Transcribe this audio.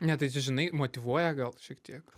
ne tai čia žinai motyvuoja gal šiek tiek